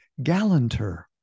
gallanter